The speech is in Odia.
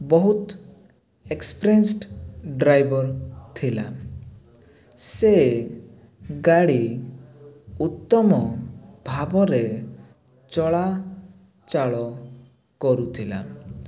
ବହୁତ ଏକ୍ସପ୍ରେନ୍ସଡ଼ ଡ୍ରାଇଭର ଥିଲା ସେ ଗାଡ଼ି ଉତ୍ତମ ଭାବରେ ଚଳା ଚାଳ କରୁଥିଲା